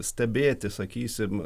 stebėti sakysim